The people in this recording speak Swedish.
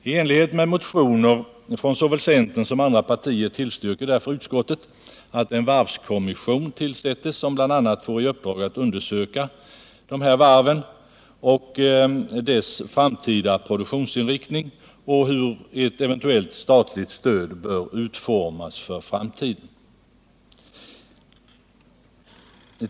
I enlighet med motioner från såväl centern som andra partier tillstyrker därför utskottet att en varvskommission tillsätts, som bl.a. får i uppdrag att undersöka dessa varv och deras framtida produktionsinriktning och hur ett eventuellt statligt stöd bör utformas för framtiden.